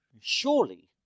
surely